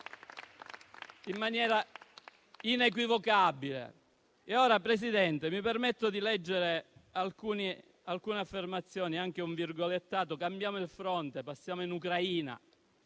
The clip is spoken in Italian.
in maniera inequivocabile. Signor Presidente, mi permetto di leggere alcune affermazioni e anche un virgolettato. Cambiamo il fronte e passiamo in Ucraina.